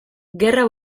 gerra